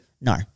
No